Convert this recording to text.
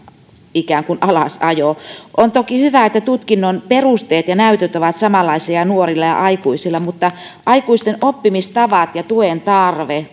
ikään kuin alasajo on toki hyvä että tutkinnon perusteet ja näytöt ovat samanlaisia nuorilla ja aikuisilla mutta aikuisten oppimistavat ja tuen tarve